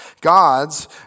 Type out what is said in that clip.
God's